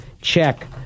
check